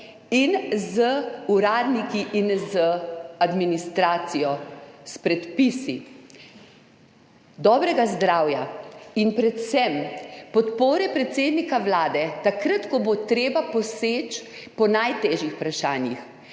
in z uradniki in z administracijo, s predpisi dobrega zdravja in predvsem podpore predsednika Vlade takrat, ko bo treba poseči po najtežjih vprašanjih.